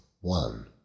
one